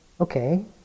okay